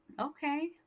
Okay